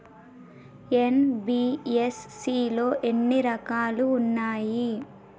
NBFC లో ఎన్ని రకాలు ఉంటాయి?